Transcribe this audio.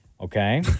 Okay